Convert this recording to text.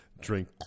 drink